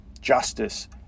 justice